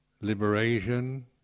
liberation